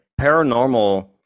paranormal